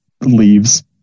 leaves